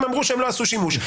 הם אמרו שהם לא עשו שימוש.